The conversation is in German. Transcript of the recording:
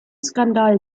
skandal